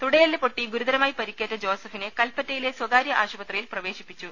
തുടയെല്ല് പൊട്ടി ഗുരുതരമായി പരിക്കേറ്റ ജോസഫിനെ കൽപറ്റയിലെ സ്വകാര്യ ആശുപത്രിയിൽ പ്രവേശിപ്പിച്ചു